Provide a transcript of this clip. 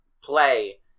play